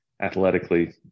athletically